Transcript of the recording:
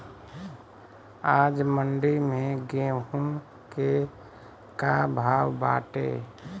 आज मंडी में गेहूँ के का भाव बाटे?